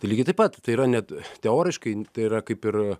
tai lygiai taip pat tai yra net teoriškai tai yra kaip ir